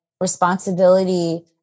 responsibility